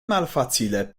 malfacile